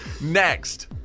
Next